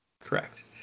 Correct